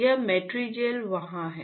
यह मैट्रीजेल वहां है